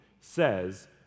says